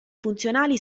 funzionali